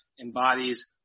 embodies